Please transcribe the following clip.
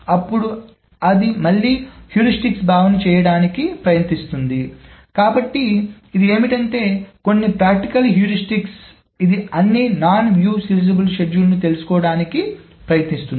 అప్పుడు అది మళ్ళీ హ్యూరిస్టిక్స్ భావనను చేయటానికి ప్రయత్నిస్తుంది కాబట్టి ఇది ఏమిటంటే ఇది కొన్ని ప్రాక్టికల్ హ్యూరిస్టిక్స్ ఇది అన్ని నాన్ వ్యూ సీరియలైజబుల్ షెడ్యూల్లను తెలుసుకోవడానికి ప్రయత్నిస్తుంది